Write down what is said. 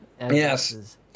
Yes